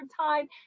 time